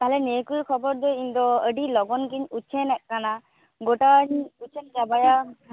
ᱛᱟᱦᱚᱞᱮ ᱱᱤᱭᱟᱹᱠᱚ ᱠᱷᱚᱵᱚᱨᱫᱚ ᱤᱧᱫᱚ ᱟᱹᱰᱤ ᱞᱚᱜᱚᱱᱜᱤᱧ ᱩᱪᱷᱟᱹᱱᱮᱫ ᱠᱟᱱᱟ ᱜᱚᱴᱟᱧ ᱩᱪᱷᱟᱹᱱ ᱪᱟᱵᱟᱭᱟ